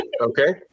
okay